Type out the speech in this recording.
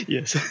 Yes